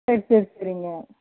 சரி சரி சரிங்க